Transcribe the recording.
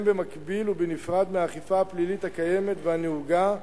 במקביל ובנפרד מהאכיפה הפלילית הקיימת והנהוגה,